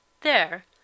There